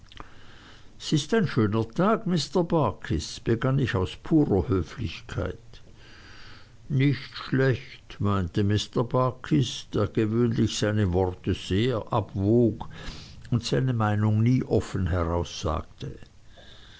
ist ein schöner tag mr barkis begann ich aus purer höflichkeit nicht schlecht meinte mr barkis der gewöhnlich seine worte sehr abwog und seine meinung nie offen